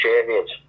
champions